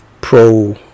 pro